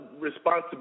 responsibility